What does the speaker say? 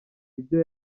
ibyo